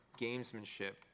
gamesmanship